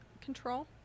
control